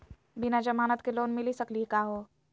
बिना जमानत के लोन मिली सकली का हो?